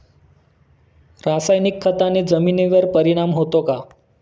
रासायनिक खताने जमिनीवर परिणाम होतो का?